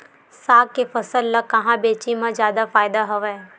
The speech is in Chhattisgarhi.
साग के फसल ल कहां बेचे म जादा फ़ायदा हवय?